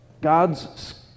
God's